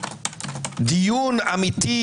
דיון אמיתי,